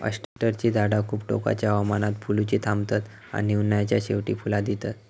अष्टरची झाडा खूप टोकाच्या हवामानात फुलुची थांबतत आणि उन्हाळ्याच्या शेवटी फुला दितत